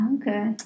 okay